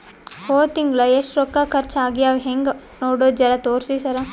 ಹೊದ ತಿಂಗಳ ಎಷ್ಟ ರೊಕ್ಕ ಖರ್ಚಾ ಆಗ್ಯಾವ ಹೆಂಗ ನೋಡದು ಜರಾ ತೋರ್ಸಿ ಸರಾ?